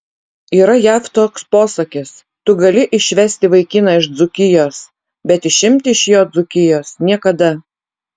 yra jav toks posakis tu gali išvesti vaikiną iš dzūkijos bet išimti iš jo dzūkijos niekada